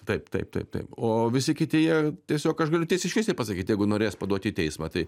taip taip taip taip o visi kiti jie tiesiog aš galiu tiesiai šviesiai pasakyti jeigu norės paduot į teismą tai